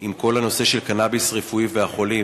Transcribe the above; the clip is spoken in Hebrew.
עם כל הנושא של קנאביס רפואי והחולה.